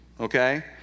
okay